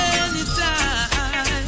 anytime